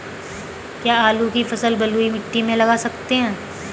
क्या आलू की फसल बलुई मिट्टी में लगा सकते हैं?